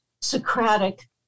Socratic